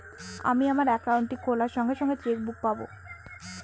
আমি আমার একাউন্টটি খোলার সঙ্গে সঙ্গে চেক বুক পাবো?